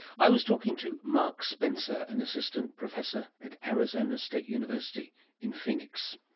i was talking to mark spencer, an assistant professor at arizona state university in phoenix